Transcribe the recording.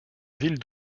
ville